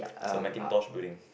is a Macintosh building